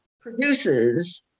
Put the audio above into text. produces